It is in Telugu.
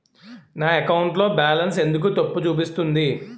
నా అకౌంట్ లో బాలన్స్ ఎందుకు తప్పు చూపిస్తుంది?